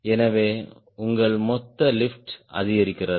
எனவே உங்கள் மொத்த லிப்ட் அதிகரிக்கிறது